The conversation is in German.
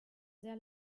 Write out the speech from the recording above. sehr